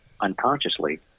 unconsciously